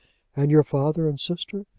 and your father and sister?